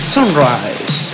Sunrise